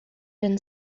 been